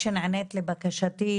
ממש העלינו את זה בתחילת הדברים,